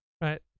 right